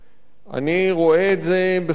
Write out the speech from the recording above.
אני רואה את זה בחומרה רבה.